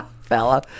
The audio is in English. Fella